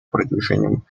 продвижению